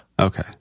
Okay